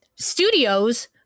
studios